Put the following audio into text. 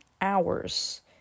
hours